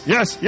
Yes